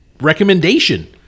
recommendation